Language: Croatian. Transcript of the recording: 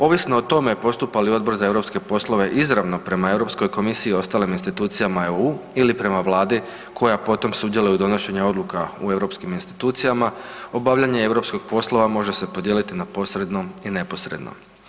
Ovisno o tome postupa li odbor za europske poslove izravno prema Europskoj komisiji i ostalim institucijama EU ili prema Vladi koja potom sudjeluje u donošenju odluka u europskim institucijama, obavljanje europskih poslova može se podijeliti na posredno i neposredno.